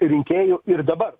rinkėjų ir dabar